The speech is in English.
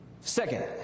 Second